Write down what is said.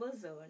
zone